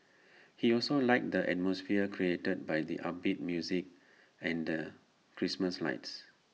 he also liked the atmosphere created by the upbeat music and the Christmas lights